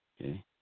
okay